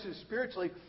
spiritually